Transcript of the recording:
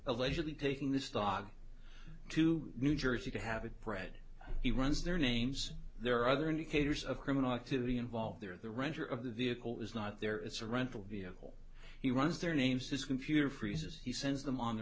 allegedly taking this dog to new jersey to have it praed he runs their names there are other indicators of criminal activity involved there the renter of the vehicle is not there it's a rental vehicle he runs their names his computer freezes he sends them on their